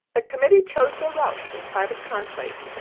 the committee chose their routes in private conclave.